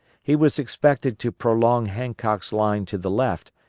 he was expected to prolong hancock's line to the left,